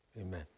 amen